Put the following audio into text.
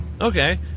Okay